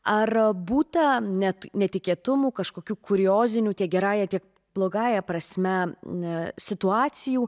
ar būta net netikėtumų kažkokių kuriozinių tiek gerąja tiek blogąja prasme na situacijų